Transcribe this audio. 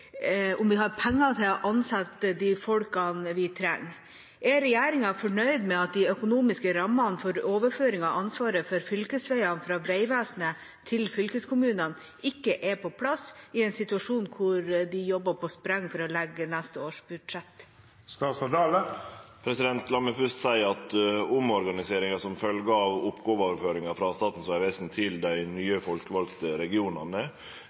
om vi har penger til å ansette folkene vi trenger.» Er regjeringa fornøyd med at de økonomiske rammene for overføringa av ansvaret for fylkesveiene fra Vegvesenet til fylkeskommunene ikke er på plass i en situasjon hvor de jobber på spreng for å legge neste års budsjett?» La meg først seie at omorganiseringa som følgje av oppgåveoverføringa frå Statens vegvesen til